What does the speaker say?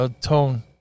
tone